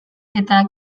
eta